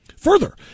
Further